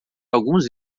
alguns